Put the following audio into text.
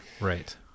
right